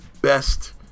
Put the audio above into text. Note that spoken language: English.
Best